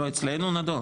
לא, אצלנו נדון.